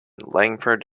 langford